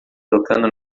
tocando